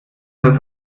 sind